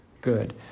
good